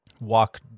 walk